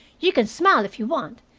you can smile if you want.